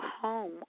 home